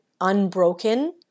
unbroken